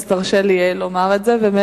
אז תרשה לי לומר אותם,